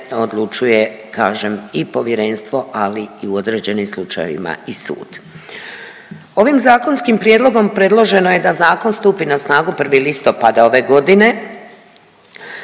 odlučuje, kažem i Povjerenstvo, ali i u određenim slučajevima i sud. Ovim zakonskim prijedlogom predloženo je da zakon stupi na snagu 1. listopada ove godine.